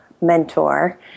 mentor